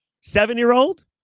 seven-year-old